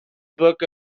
book